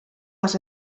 las